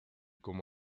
como